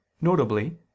notably